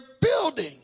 building